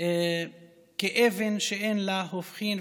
כאבן שאין לה הופכין,